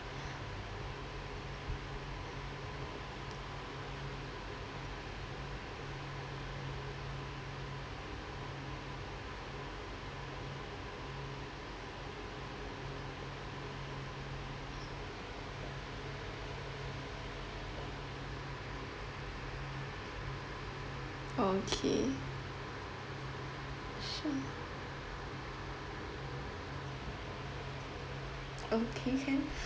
okay sure okay can